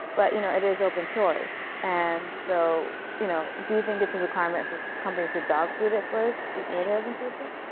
but you know it is open-sourced. and so you know do you think it's a requirement for companies to dog food it first before they open-source it?